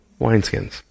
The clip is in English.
wineskins